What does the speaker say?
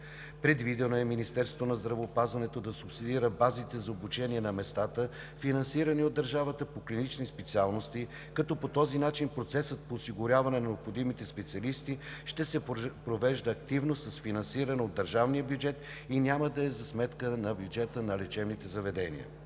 Предвидено е Министерството на здравеопазването да субсидира базите за обучение на местата, финансирани от държавата, по клинични специалности, като по този начин процесът по осигуряване на необходимите специалисти ще се провежда активно с финансиране от държавния бюджет и няма да е за сметка на бюджета на лечебните заведения.